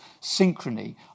synchrony